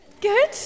Good